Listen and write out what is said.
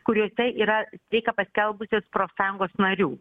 kuriose yra streiką paskelbusios profsąjungos narių